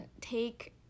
take